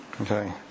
Okay